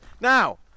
Now